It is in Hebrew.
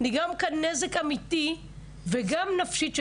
נגרם נזק אמיתי וגם נפשית.